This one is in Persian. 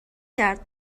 کرد